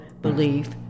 Belief